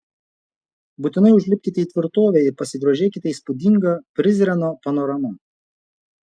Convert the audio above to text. būtinai užlipkite į tvirtovę ir pasigrožėkite įspūdinga prizreno panorama